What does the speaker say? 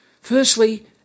Firstly